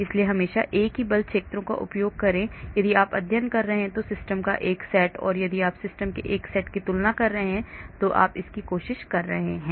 इसलिए हमेशा एक ही बल क्षेत्रों का उपयोग करें यदि आप अध्ययन कर रहे हैं तो सिस्टम का एक सेट और यदि आप सिस्टम के एक सेट की तुलना करने की कोशिश कर रहे हैं